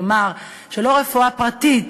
כלומר, לא רפואה פרטית,